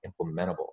implementable